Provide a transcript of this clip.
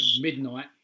midnight